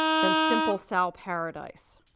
than simple sal paradise.